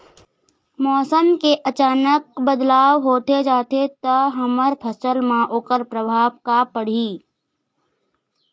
मौसम के अचानक बदलाव होथे जाथे ता हमर फसल मा ओकर परभाव का पढ़ी?